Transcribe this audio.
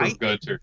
Right